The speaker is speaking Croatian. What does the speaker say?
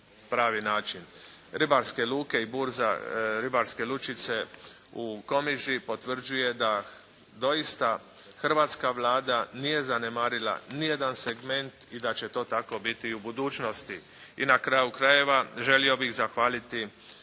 način. Ribarske luke i burza, ribarske lučice u Komiži potvrđuje da doista hrvatska Vlada nije zanemarila ni jedan segment i da će to tako biti i u budućnosti. I na kraju krajeva, želio bi zahvaliti